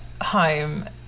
home